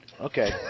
Okay